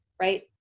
right